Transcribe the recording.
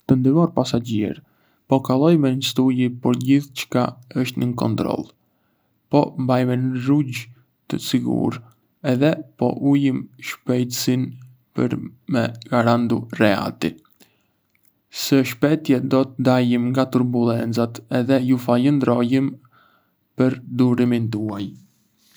Të nderuar pasagjerë, po kalojmë një stuhi, por gjithçka është nën kontroll. Po mbajmë një rrugë të sigurt edhe po ulim shpejtësinë për me garantu rehati. Së shpejti do të dalim nga turbulencat edhe ju falënderojmë për durimin tuaj.